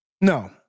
No